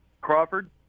Crawford